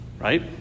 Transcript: right